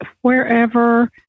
wherever